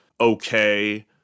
okay